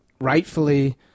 rightfully